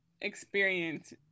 experience